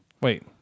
Wait